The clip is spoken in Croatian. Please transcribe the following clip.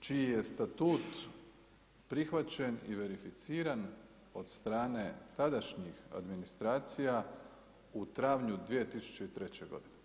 čiji je statut prihvaćen i verificiran od strane tadašnjih administracija u travnju 2003. godine.